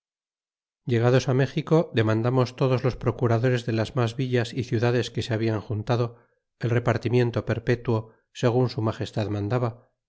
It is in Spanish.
llegados méxico demandamos todos los procuradores de las mas villas y ciudades que se habian juntado el repartimiento perpetuo segun su magestad mandaba